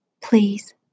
Please